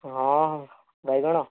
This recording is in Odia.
ହଁ ବାଇଗଣ